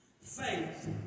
Faith